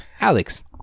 Alex